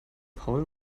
paul